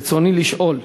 רצוני לשאול: